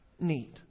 need